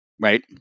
Right